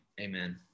amen